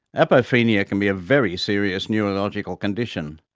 apophenia can be a very serious neurological condition,